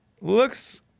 Looks